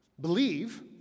Believe